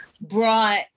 brought